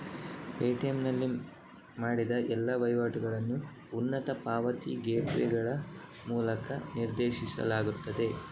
Paytm ನಲ್ಲಿ ಮಾಡಿದ ಎಲ್ಲಾ ವಹಿವಾಟುಗಳನ್ನು ಉನ್ನತ ಪಾವತಿ ಗೇಟ್ವೇಗಳ ಮೂಲಕ ನಿರ್ದೇಶಿಸಲಾಗುತ್ತದೆ